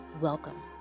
welcome